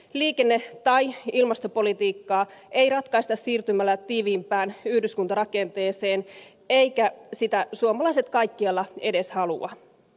liikenne tai ilmastopolitiikkaa ei ratkaista siirtymällä tiiviimpään yhdyskuntarakenteeseen eivätkä sitä suomalaiset kaikkialla edes halua